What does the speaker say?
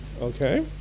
Okay